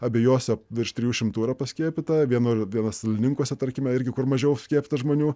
abejose virš trijų šimtų yra paskiepyta vienur viena salininkuose tarkime irgi kur mažiau skiepyta žmonių